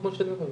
כמו שאני אומר,